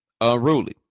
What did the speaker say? unruly